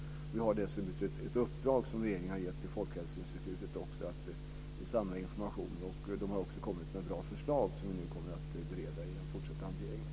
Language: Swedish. Regeringen har dessutom gett ett uppdrag till Folkhälsoinstitutet att samla information. Institutet har också kommit med bra förslag, som vi kommer att bereda i den fortsatta hanteringen.